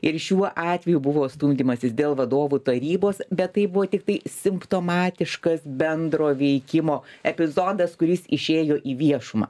ir šiuo atveju buvo stumdymasis dėl vadovų tarybos bet tai buvo tiktai simptomatiškas bendro veikimo epizodas kuris išėjo į viešumą